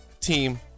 team